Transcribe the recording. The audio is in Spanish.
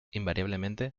invariablemente